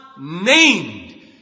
named